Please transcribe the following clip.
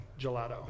gelato